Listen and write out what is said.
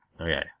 Okay